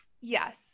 Yes